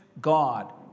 God